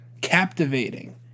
captivating